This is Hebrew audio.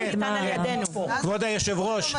כבוד היו"ר,